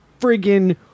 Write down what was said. friggin